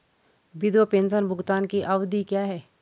विधवा पेंशन भुगतान की अवधि क्या है?